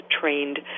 trained